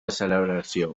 celebració